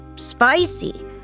Spicy